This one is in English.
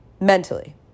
mentally